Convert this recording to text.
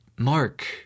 Mark